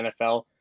NFL –